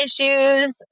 issues